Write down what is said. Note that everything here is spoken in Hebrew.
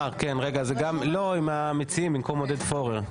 רגע, הם המציעים, במקום עודד פורר.